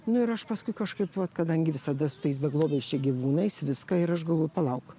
nu ir aš paskui kažkaip vat kadangi visada su tais beglobiais čia gyvūnais viską ir aš galvoju palauk